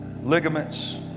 Ligaments